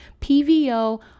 PVO